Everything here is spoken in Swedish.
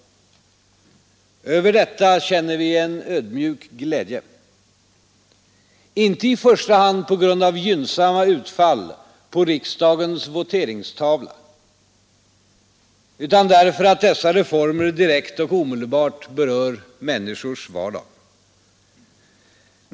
Över detta känner vi en ödmjuk glädje. Inte i första hand på grund av gynnsamma utfall på riksdagens voteringstavla, utan därför att dessa reformer direkt och omedelbart berör människornas vardag.